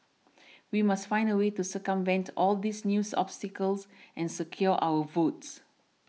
we must find a way to circumvent all these new obstacles and secure our votes